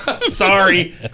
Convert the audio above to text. sorry